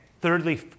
thirdly